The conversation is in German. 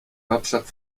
hauptstadt